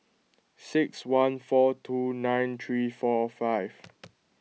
six one four two nine three four five